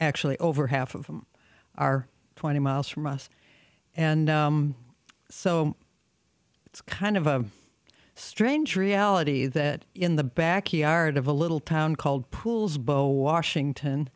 actually over half of them are twenty miles from us and so it's kind of a strange reality that in the backyard of a little town called pooles bow washington